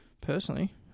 Personally